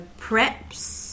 preps